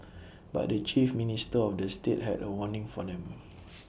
but the chief minister of the state had A warning for them